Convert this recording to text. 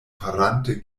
farante